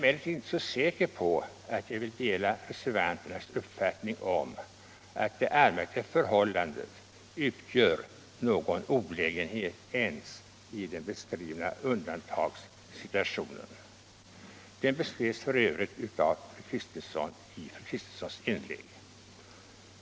Den beskrevs f. ö. av fru Kristensson i hennes inlägg.